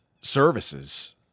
services